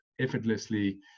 effortlessly